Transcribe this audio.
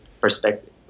perspective